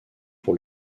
pour